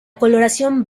coloración